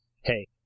hey